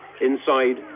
Inside